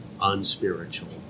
unspiritual